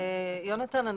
יונתן,